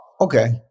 okay